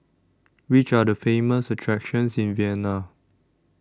Which Are The Famous attractions in Vienna